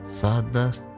sadness